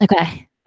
okay